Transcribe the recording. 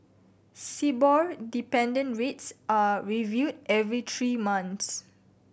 Sibor dependent rates are reviewed every three months